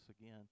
again